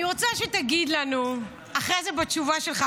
אני רוצה שתגיד לנו אחרי זה בתשובה שלך,